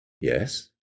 Yes